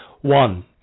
one